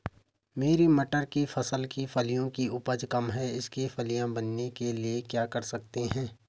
मेरी मटर की फसल की फलियों की उपज कम है इसके फलियां बनने के लिए क्या कर सकते हैं?